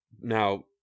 Now